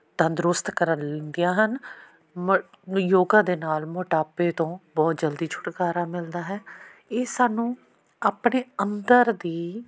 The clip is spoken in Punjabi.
ਤੰਦਰੁਸਤ ਕਰਨ ਲੱਗੀਆਂ ਹਨ ਮਟ ਯੋਗਾ ਦੇ ਨਾਲ ਮੋਟਾਪੇ ਤੋਂ ਬਹੁਤ ਜਲਦੀ ਛੁਟਕਾਰਾ ਮਿਲਦਾ ਹੈ ਇਹ ਸਾਨੂੰ ਆਪਣੇ ਅੰਦਰ ਦੀ